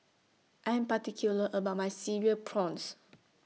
I Am particular about My Cereal Prawns